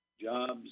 jobs